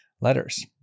letters